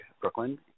Brooklyn